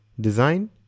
Design